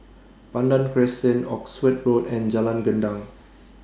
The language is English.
Pandan Crescent Oxford Road and Jalan Gendang